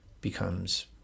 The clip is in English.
becomes